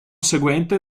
seguente